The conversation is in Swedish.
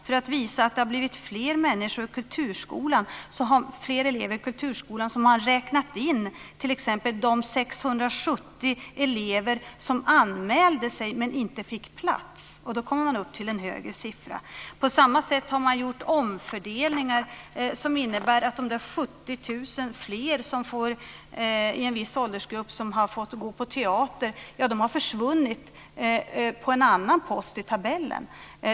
För att t.ex. visa att det har blivit fler elever i kulturskolan har man räknat in de 670 elever som anmälde sig men inte fick plats. Då kommer man upp till en högre siffra. På samma sätt har man gjort omfördelningar som innebär att de 70 000 fler i en viss åldersgrupp som har fått gå på teater har försvunnit från en annan post i tabellen.